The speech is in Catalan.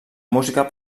música